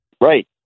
Right